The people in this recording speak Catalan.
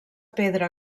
pedra